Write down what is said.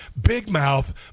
bigmouth